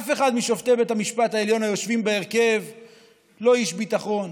אף אחד משופטי בית המשפט העליון היושבים בהרכב הוא לא איש ביטחון.